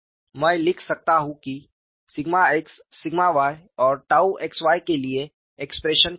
मैं लिख सकता हूँ कि x y और xy के लिए एक्सप्रेशन क्या है